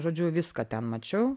žodžiu viską ten mačiau